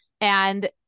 and-